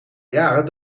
jaren